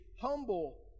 humble